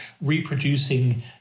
reproducing